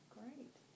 great